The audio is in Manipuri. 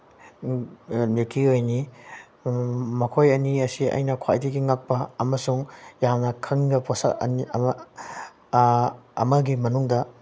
ꯃꯤꯜꯀꯤ ꯋꯦꯅꯤ ꯃꯈꯣꯏ ꯑꯅꯤ ꯑꯁꯤ ꯑꯩꯅ ꯈ꯭ꯋꯥꯏꯗꯒꯤ ꯉꯛꯄ ꯑꯃꯁꯨꯡ ꯌꯥꯝꯅ ꯈꯪꯅꯤꯡꯕ ꯄꯣꯠꯁꯛ ꯑꯃꯒꯤ ꯃꯅꯨꯡꯗ